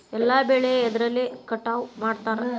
ಎಲ್ಲ ಬೆಳೆ ಎದ್ರಲೆ ಕಟಾವು ಮಾಡ್ತಾರ್?